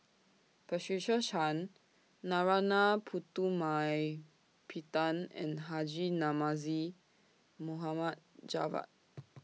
Patricia Chan Narana Putumaippittan and Haji Namazie Mohd Javad